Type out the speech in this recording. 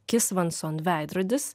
kisvanson veidrodis